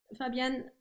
Fabienne